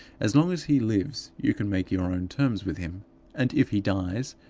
as long as he lives, you can make your own terms with him and, if he dies,